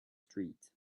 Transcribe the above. street